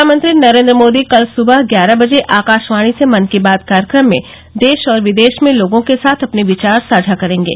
प्रधानमंत्री नरेन्द्र मोदी कल सुबह ग्यारह बजे आकाशवाणी से मन की बात कार्यक्रम में देश और विदेश में लोगों के साथ अपने विचार साझा करेंगे